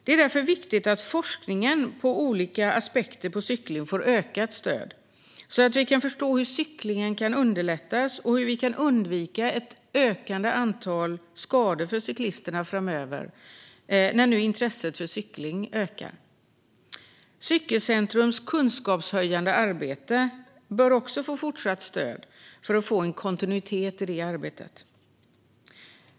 Det är därför viktigt att forskningen om olika aspekter av cykling får ökat stöd, så att vi nu när intresset för cykling ökar kan förstå hur cyklingen kan underlättas och hur vi framöver kan undvika ett ökande antal skador för cyklisterna. Cykelcentrums kunskapshöjande arbete bör också få fortsatt stöd för att få kontinuitet i arbetet.